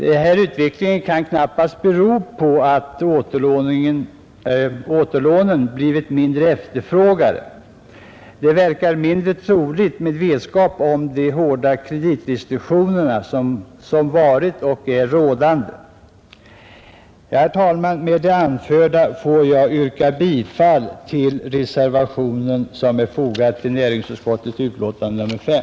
Denna utveckling kan knappast bero på att återlånen blivit mindre efterfrågade. Det verkar mindre troligt med vetskap om de hårda kreditrestriktionerna som varit och är rådande. Herr talman! Med det anförda får jag yrka bifall till den reservation som är fogad till näringsutskottets betänkande nr 5.